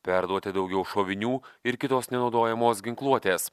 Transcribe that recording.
perduoti daugiau šovinių ir kitos nenaudojamos ginkluotės